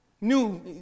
New